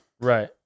Right